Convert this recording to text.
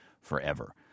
forever